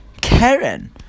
karen